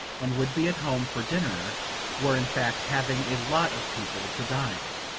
and would be at home for dinner were in fact having a lot of people to dine.